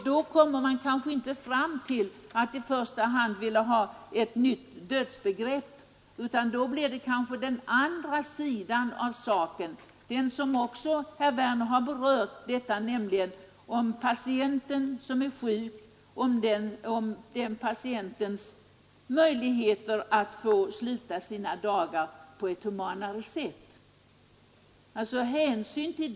Då kommer man kanske inte fram till att vi i första hand vill ha ett nytt dödsbegrepp, utan då blir det den andra sidan av saken som också berörts av herr Werner, nämligen om den sjuke patientens möjligheter att få sluta sina dagar på ett humanare sätt, som kommer in i bilden.